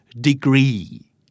Degree